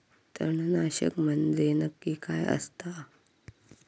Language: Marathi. तणनाशक म्हंजे नक्की काय असता?